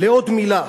לעוד מלה,